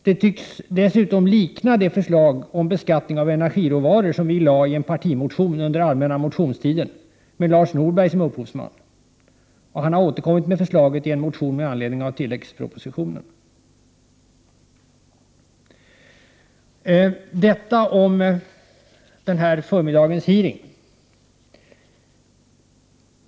Det tycks dessutom likna det förslag om beskattning av energiråvaror som miljöpartiet framförde i en partimotion under den allmänna motionstiden med Lars Norberg som upphovsman. Lars Norberg har återkommit med förslaget i en motion med anledning av kompletteringspropositionen. Detta om förmiddagens hearing.